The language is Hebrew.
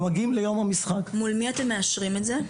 מול מי אתם מאשרים את זה?